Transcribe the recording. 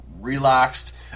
relaxed